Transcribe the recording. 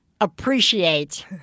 appreciate